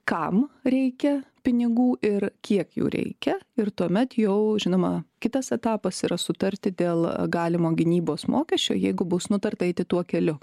kam reikia pinigų ir kiek jų reikia ir tuomet jau žinoma kitas etapas yra sutarti dėl galimo gynybos mokesčio jeigu bus nutarta eiti tuo keliu